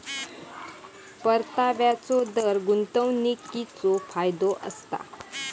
परताव्याचो दर गुंतवणीकीचो फायदो असता